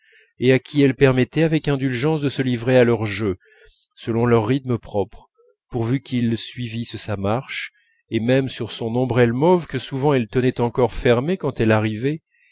et à qui elle permettait avec indulgence de se livrer à leurs jeux selon leur rythme propre pourvu qu'ils suivissent sa marche et même sur son ombrelle mauve que souvent elle tenait encore fermée quand elle arrivait